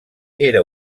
era